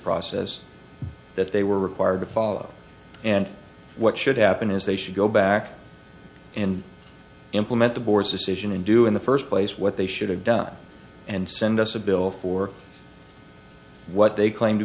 process that they were required to follow and what should happen is they should go back and implement the board's decision and do in the first place what they should have done and send us a bill for what they claim to